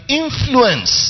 influence